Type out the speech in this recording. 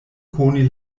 koni